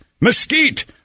mesquite